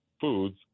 foods